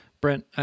Brent